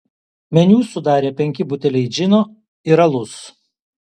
meniu sudarė penki buteliai džino ir alus